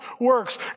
works